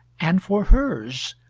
and for hers,